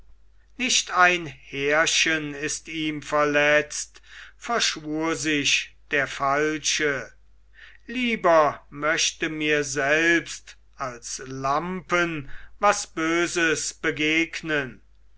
nicht ein härchen ist ihm verletzt verschwor sich der falsche lieber möchte mir selbst als lampen was böses begegnen